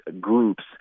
groups